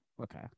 Okay